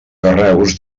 carreus